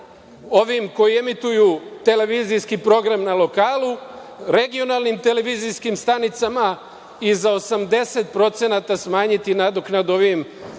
ovima koji emituju televizijski program na lokalu, regionalnim televizijskim stanicama i za 80% smanjiti nadoknadu ovim emiterima